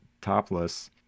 Topless